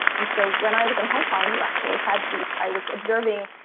and so when i was in hong kong, you actually had these. i was observing,